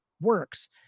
works